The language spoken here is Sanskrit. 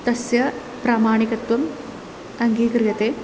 तस्य प्रामाणिकत्वम् अङ्गीक्रियते